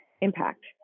impact